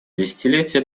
десятилетие